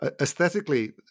Aesthetically